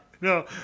no